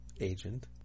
agent